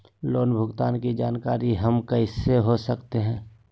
Loan भुगतान की जानकारी हम कैसे हो सकते हैं?